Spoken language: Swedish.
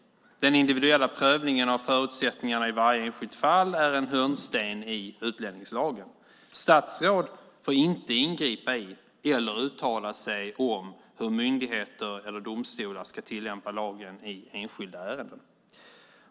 Den individuella prövningen av förutsättningarna i varje enskilt fall är en hörnsten i utlänningslagen. Statsråd får inte ingripa i eller uttala sig om hur myndigheter eller domstolar ska tillämpa lagen i enskilda ärenden.